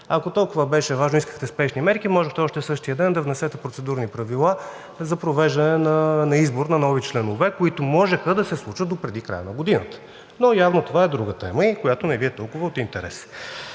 Ако толкова беше важно и искахте спешни мерки, можехте още същия ден да внесете процедурни правила за провеждане на избор на нови членове, които можеха да се случат допреди края на годината, но явно това е друга тема, която не Ви е толкова от интерес.